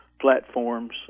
platforms